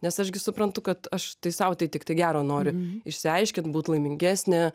nes aš gi suprantu kad aš tai sau tai tiktai gero noriu išsiaiškint būt laimingesnė